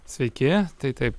sveiki tai taip